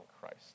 Christ